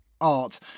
Art